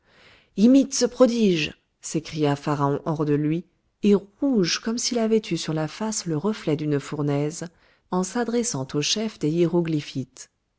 imite ce prodige s'écria pharaon hors de lui et rouge comme s'il avait eu sur la face le reflet d'une fournaise en s'adressant au chef des hiéroglyphites